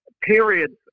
periods